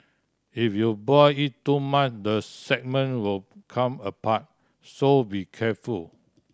if you boil it too much the segment will come apart so be careful